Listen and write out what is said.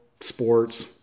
sports